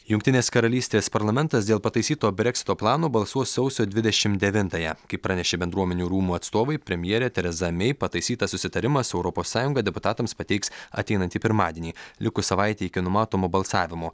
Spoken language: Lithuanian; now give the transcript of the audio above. jungtinės karalystės parlamentas dėl pataisyto breksito plano balsuos sausio dvidešim devintąją kaip pranešė bendruomenių rūmų atstovai premjerė tereza mei pataisytą susitarimą su europos sąjunga deputatams pateiks ateinantį pirmadienį likus savaitei iki numatomo balsavimo